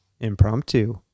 Impromptu